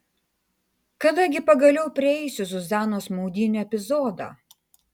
kada gi pagaliau prieisiu zuzanos maudynių epizodą